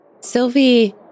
Sylvie